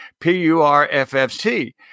P-U-R-F-F-T